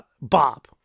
Bob